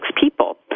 people